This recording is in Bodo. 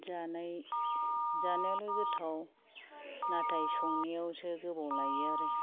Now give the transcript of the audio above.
जानाय जानायावल' गोथाव नाथाय संनायावसो गोबाव लायो आरो